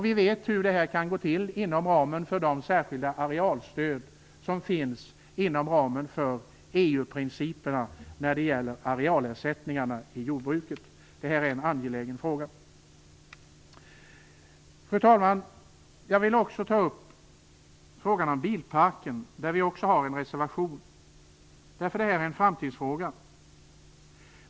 Vi vet hur det kan gå till vad gäller de särskilda arealstöd som finns inom ramen för EU-principerna när det gäller arealersättningarna i jordbruket. Detta är en angelägen fråga. Fru talman! Jag vill också ta upp frågan om bilparken, där vi också har en reservation. Det är en framtidsfråga.